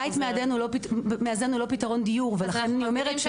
בית מאזן הוא לא פתרון דיור, ולכן אני אומרת-